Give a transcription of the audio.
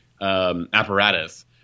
apparatus